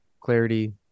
clarity